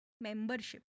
membership